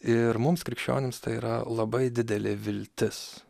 ir mums krikščionims tai yra labai didelė viltis